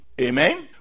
amen